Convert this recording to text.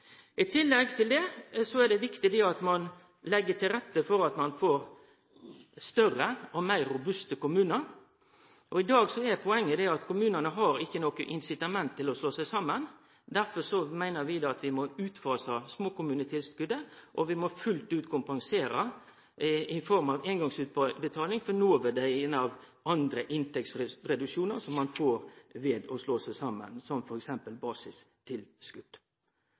tillegg er det viktig at ein legg til rette for at ein får større og meir robuste kommunar. I dag er poenget at kommunane ikkje har noko incitament til å slå seg saman. Derfor meiner vi at vi må utfase småkommunetilskotet, og vi må fullt ut kompensere i form av ei eingongsutbetaling for noverdien av andre inntektsreduksjonar som ein får ved å slå seg saman, som